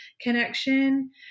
connection